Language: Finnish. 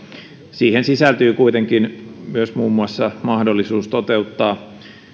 siihen sisältyy kuitenkin myös muun muassa mahdollisuus toteuttaa